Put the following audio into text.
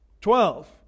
Twelve